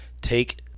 Take